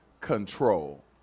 control